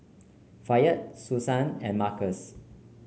Fayette Susann and Markus